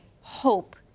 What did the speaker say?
hope